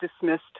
dismissed